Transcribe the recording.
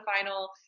final